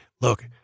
look